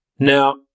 Now